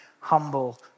humble